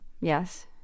yes